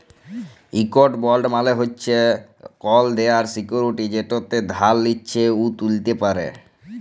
ইকট বল্ড মালে হছে কল দেলার সিক্যুরিটি যেট যে ধার লিছে উ তুলতে পারে